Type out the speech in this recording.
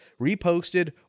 reposted